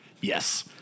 yes